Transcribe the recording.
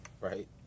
Right